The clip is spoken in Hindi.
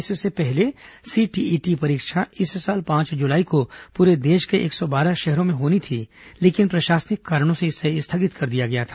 इससे पहले सीटीईटी परीक्षा इस साल पांच जुलाई को पूरे देश के एक सौ बारह शहरों में होनी थी लेकिन प्रशासनिक कारणों से इसे स्थगित कर दिया गया था